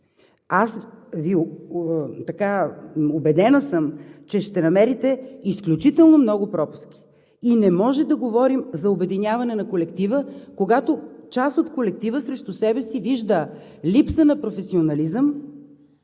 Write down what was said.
критерии, убедена съм, че ще намерите изключително много пропуски. Не може да говорим за обединяване на колектива, когато част от колектива срещу себе си вижда липса на професионализъм